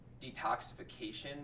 detoxification